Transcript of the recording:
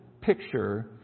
picture